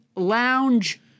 lounge